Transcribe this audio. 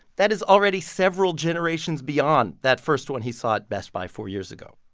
that is already several generations beyond that first one he saw at best buy four years ago.